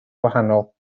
gwahanol